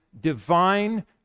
divine